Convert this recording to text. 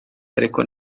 ariko